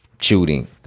shooting